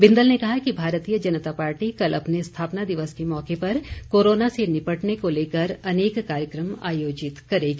बिंदल ने कहा कि भारतीय जनता पार्टी कल अपने स्थापना दिवस के मौके पर कोरोना से निपटने को लेकर अनेक कार्यक्रम आयोजित करेगी